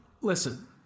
listen